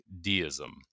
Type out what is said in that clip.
deism